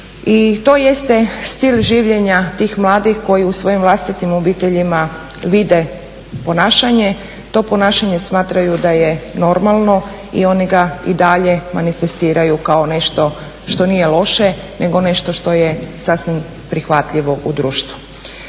I to jeste stil življenja tih mladih koji u svojim vlastitim obiteljima vide ponašanje. To ponašanje smatraju da je normalno i oni ga i dalje manifestiraju kao nešto što nije loše, nego nešto što je sasvim prihvatljivo u društvu.